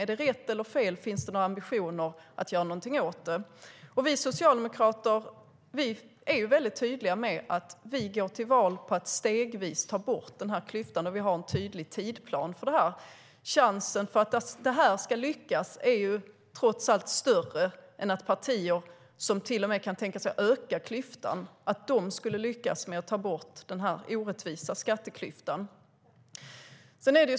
Är det rätt eller fel? Finns det några ambitioner att göra någonting åt det? Vi socialdemokrater är mycket tydliga med att vi går till val på att stegvis ta bort denna klyfta, och vi har en tydlig tidsplan för det. Chansen för att detta ska lyckas är trots allt större än att partier som till och med kan tänka sig att öka klyftan skulle lyckas med att ta bort denna orättvisa skatteklyfta.